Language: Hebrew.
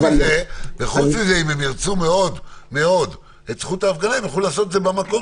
אם הם ירצו מאוד את זכות ההפגנה הם יוכלו לעשות את זה באזור